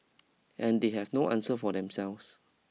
and they have no answer for themselves